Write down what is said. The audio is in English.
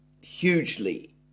hugely